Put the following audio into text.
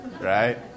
Right